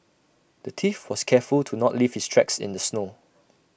the thief was careful to not leave his tracks in the snow